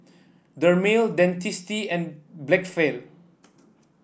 Dermale Dentiste and Blephagel